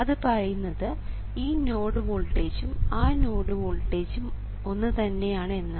അത് പറയുന്നത് ഈ നോഡ് വോൾട്ടേജും ആ നോഡ് വോൾട്ടേജും ഒന്ന് തന്നെയാണ് എന്നാണ്